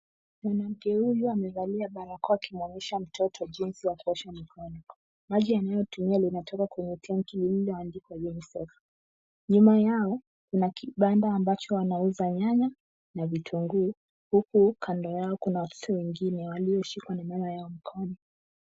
Mwanamke huyu amevalia barakoa akimwonyesha mtoto jinsi ya kuosha mikono. Maji anayottumia yanatoka kwenye tanki lililoandikwa UNICEF. Nyuma yao kuna kibanda ambacho wanauza manyanya na vitunguu, huku kando ya kuna watoto wengine walioshikwa na mama yao mkono.